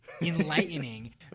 enlightening